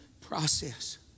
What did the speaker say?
process